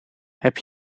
heb